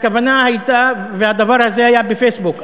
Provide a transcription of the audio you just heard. והדבר הזה היה בפייסבוק.